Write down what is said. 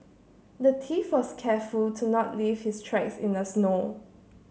the thief was careful to not leave his tracks in the snow